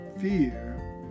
fear